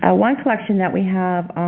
ah one collection that we have,